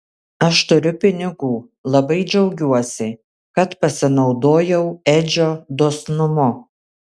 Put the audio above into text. aš turiu pinigų labai džiaugiuosi kad pasinaudojau edžio dosnumu